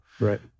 Right